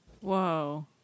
Whoa